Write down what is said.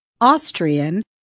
Austrian